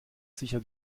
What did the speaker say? sicher